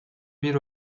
bir